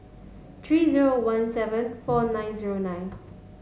three zero one seven four nine zero nine